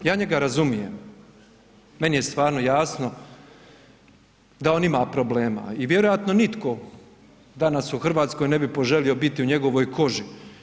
Ja njega razumijem, meni je stvarno jasno da on ima problem i vjerojatno nitko danas u Hrvatskoj ne bi poželio biti u njegovoj koži.